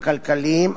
הכלכליים,